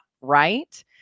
right